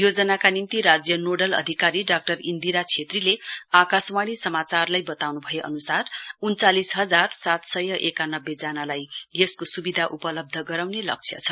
योजनाका निम्ति राज्य नोडल अधिकारी डाक्टर इन्दिरा छैत्रीले आकाशवाणी समाचारलाई बताउनु भए अनुसार उन्चालिस हजार सात सय एकानब्बे जनालाई यसको सुविधा उपलब्ध गराउने लक्ष्य छ